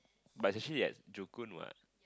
but it's actually at Joo Koon what